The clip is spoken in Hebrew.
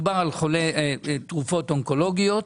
מדובר על חולה תרופות אונקולוגיות,